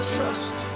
trust